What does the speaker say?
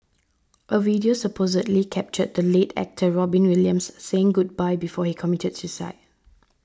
a video supposedly captured the late actor Robin Williams saying goodbye before he committed suicide